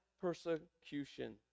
persecution